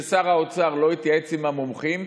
ושר האוצר לא יתייעץ עם המומחים,